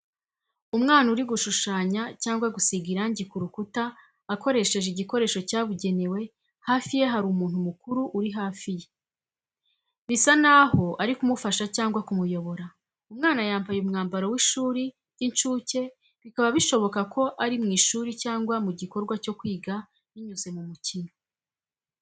Umwana uri gushushanya cyangwa gusiga irangi ku rukuta akoresheje igikoresho cyabugenewe hafi ye hari umuntu mukuru uri hafi ye, bisa n'aho ari kumufasha cyangwa kumuyobora. Umwana yambaye umwambaro w’ishuri ry’incuke bikaba bishoboka ko ari mu ishuri cyangwa mu gikorwa cyo kwiga binyuze mu mikino.